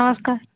ନମସ୍କାର